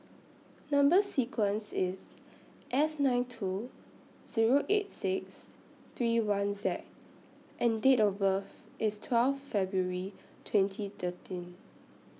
Number sequence IS S nine two Zero eight six three one Z and Date of birth IS twelve February twenty thirteen